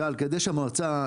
כדי שהמועצה,